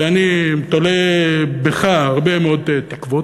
ואני תולה בך הרבה מאוד תקוות.